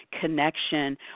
connection